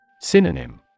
Synonym